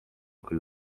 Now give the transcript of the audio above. küll